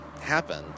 happen